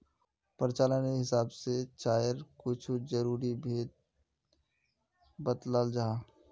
प्रचालानेर हिसाब से चायर कुछु ज़रूरी भेद बत्लाल जाहा